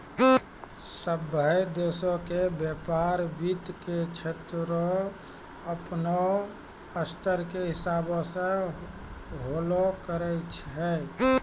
सभ्भे देशो के व्यपार वित्त के क्षेत्रो अपनो स्तर के हिसाबो से होलो करै छै